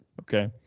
Okay